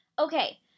okay